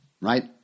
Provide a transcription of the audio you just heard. Right